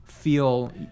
feel